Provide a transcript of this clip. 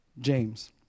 James